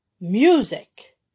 Music